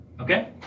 Okay